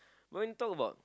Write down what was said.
but when you talk about